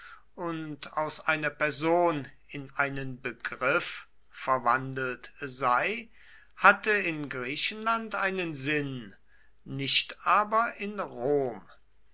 und aus einer person in einen begriff verwandelt sei hatte in griechenland einen sinn nicht aber in rom